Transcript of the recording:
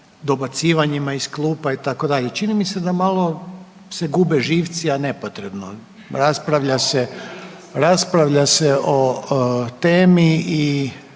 dobacivanjima iz klupa itd. Čini mi se da malo se gube živci a nepotrebno. Raspravlja se o temi i